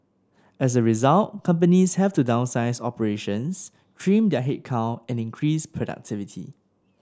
as a result companies have to downsize operations trim their headcount and increase productivity